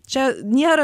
čia nėra